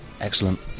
excellent